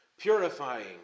purifying